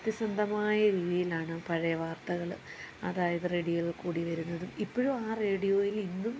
സത്യസന്ധമായ രീതിയിലാണ് പഴയ വാർത്തകൾ അതായത് റേഡിയോയിൽ കൂടി വരുന്നത് ഇപ്പോഴും ആ റേഡിയോയിൽ ഇന്നും